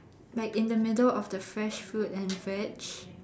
like in the middle of the fresh fruit and veg